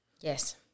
Yes